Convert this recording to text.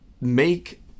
make